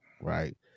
right